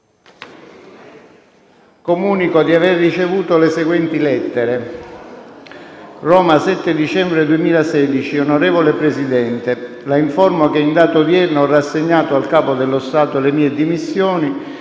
Comunico di avere ricevuto la seguente lettera: «Roma, 7 dicembre 2016 Onorevole Presidente, La informo che in data odierna ho rassegnato al Capo dello Stato le mie dimissioni.